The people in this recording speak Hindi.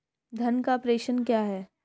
धन का प्रेषण क्या है?